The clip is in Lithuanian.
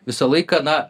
visą laiką na